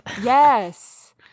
Yes